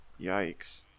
Yikes